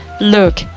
Look